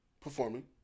performing